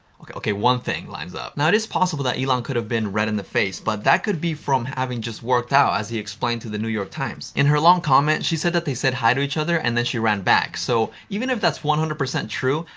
okay, one thing lines up. now, it is possible that elon could have been red in the face but that could be from having just worked out as he explained to the new york times. in her long comment, she said that they said hi to each other and then she ran back so even if that's one hundred percent true,